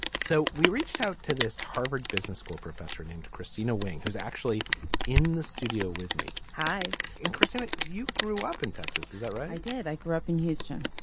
so we reached out to this harvard business school professor named christina wing who's actually in the studio with me. hi christina. you grew up in texas. is that right. i did. i grew up in houston.